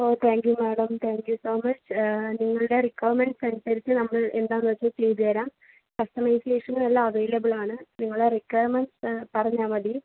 oh thank you madam thank you so much നിങ്ങളുടെ requirements അനുസരിച്ച് നമ്മൾ എന്താണെന്ന് വെച്ചാൽ ചെയ്തുതരാം കസ്റ്റമൈസേഷനും എല്ലാം അവൈലബിൾ ആണ് നിങ്ങളെ റിക്വയർമെൻറ്സ് പറഞ്ഞാൽ മതി